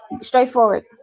straightforward